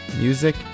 Music